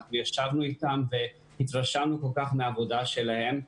ישבנו איתם והתרשמנו כל כך מהעבודה שלהם.